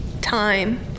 time